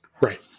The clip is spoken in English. Right